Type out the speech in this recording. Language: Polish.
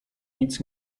nic